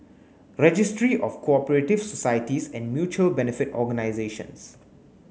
registry of Cooperative Societies and Mutual Benefit Organisations